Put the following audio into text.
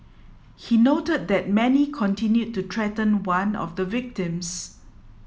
he noted that Mani continued to threaten one of the victims